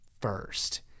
first